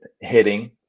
hitting